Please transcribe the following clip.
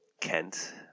Kent